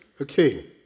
okay